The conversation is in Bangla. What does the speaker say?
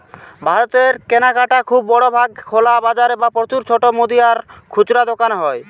ভারতের কেনাকাটা খুব বড় ভাগ খোলা বাজারে বা প্রচুর ছোট মুদি আর খুচরা দোকানে হয়